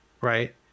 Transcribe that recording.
right